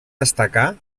destacar